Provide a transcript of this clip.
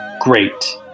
great